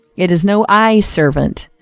it is no eye-servant.